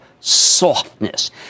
softness